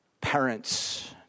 parents